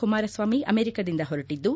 ಕುಮಾರಸ್ವಾಮಿ ಅಮೆರಿಕದಿಂದ ಹೊರಟದ್ದು